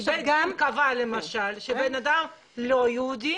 כי בית הדין קבע למשל שבן אדם לא יהודי